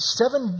seven